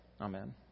Amen